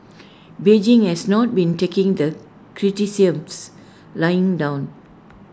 Beijing has not been taking the criticisms lying down